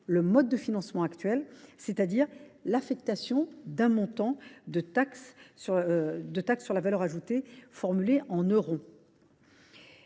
le mode de financement actuel, c’est à dire l’affectation d’un montant de taxe sur la valeur ajoutée exprimé en euros.